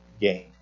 gain